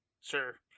Sure